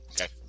Okay